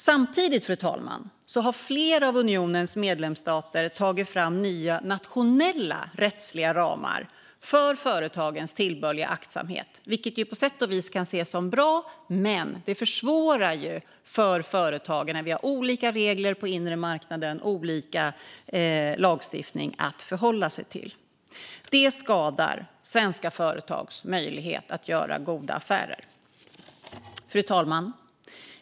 Samtidigt, fru talman, har flera av unionens medlemsstater tagit fram nya nationella rättsliga ramar för företagens tillbörliga aktsamhet. Det kan på sätt och vis ses som bra, men det försvårar för företagen när vi har olika regler på den inre marknaden och det är olika lagstiftningar som de ska förhålla sig till. Det skadar svenska företags möjlighet att göra goda affärer. Fru talman!